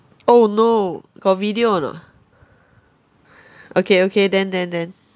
oh no got video or not okay okay then then then